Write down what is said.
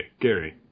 Gary